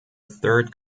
third